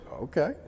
Okay